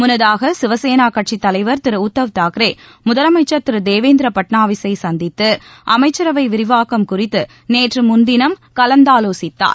முன்னதாக சிவசேனா கட்சி தலைவா் திரு உத்தவ் தாக்ரே முதலமைச்சர் திரு தேவேந்திர பட்னாவிசை சந்தித்து அமைச்சரவை விரிவாக்கம் குறித்து நேற்று முன்தினம் கலந்தாலோசித்தார்